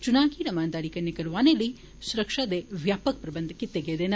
चुना गी रमानदारी कन्ने करोआने लेई वसुरक्षा दे ब्यापक प्रबंध कीते गेदे न